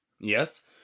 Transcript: Yes